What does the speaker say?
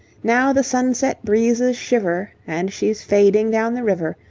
now the sunset breezes shiver, and she's fading down the river,